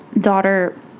daughter